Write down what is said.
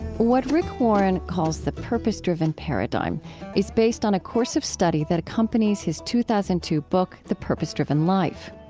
what rick warren calls the purpose-driven paradigm is based on a course of study that accompanies his two thousand and two book, the purpose driven life.